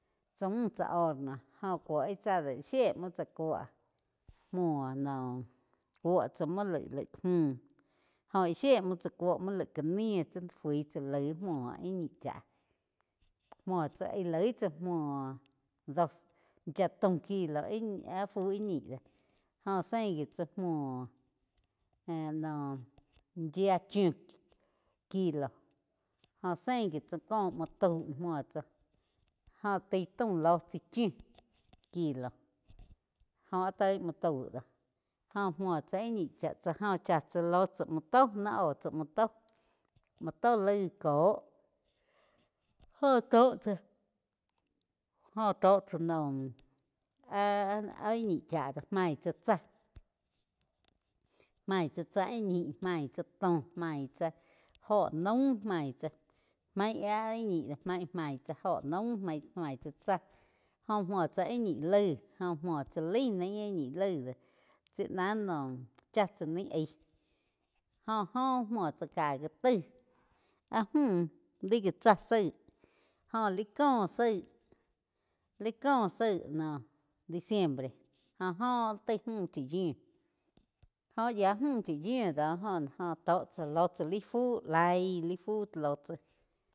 Tzá mú chá horno jóh jo cúo íh tsá do íh zhíe múo tsá kúo múo noh kóu tsá mu laig-laig múh jóh íh shíe múo tsá kuo móu laig ka ni fui cha laig múo íh ñi chá muo tsá íh loi tsáa muo doce yia taum ih áh fu íh ñih jóh zein gi tsá múo noh yía chíu kilo jóh sin gi tsá có muo tau muo tsá joh taí taum ló tsi chiu kilo. Joh áh toi múo tau do jo múo tsá ihh ñi cha tsa jo chá tsá ló tsá muo to ni óh tsá múo to múo to laig cóh jóh tó tsá jóh tóh tsá naum ah-ah íh ñi chá to main tsa tsáh, main tsá tsáah ih ñih main tsá tó main tsá óho naum main tsáh main áh ih ñi do maig tsá óho naum maig-maig tsá tsah jóh móu tsá áh ñi laig joh múo tsá laig naí íh ñi laig do tsi ná noh chá tsa ni aíg jóh óh múo tsa caí gi taí áh múh li gá chá zaíg jóh li có zaíg, li có zaig noh diciembre jó oh taig múh chá yiu jó áh yía múh chá yiu do joh-joh tó chá lo tsá laig fú laíg lai fu ló tsá.